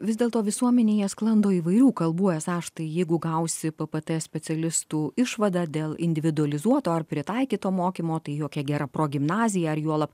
vis dėlto visuomenėje sklando įvairių kalbų esą štai jeigu gausi p p t specialistų išvadą dėl individualizuoto ar pritaikyto mokymo tai jokia gera progimnazija ar juolab